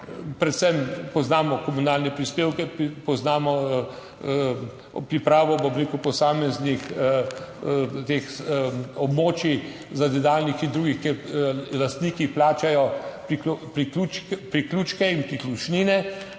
predvsem poznamo komunalne prispevke, poznamo pripravo, bom rekel, posameznih teh območij zazidalnih in drugih, kjer lastniki plačajo priključke, priključke